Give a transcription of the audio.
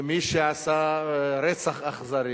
ומי שעשה רצח אכזרי?